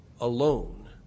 alone